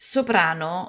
Soprano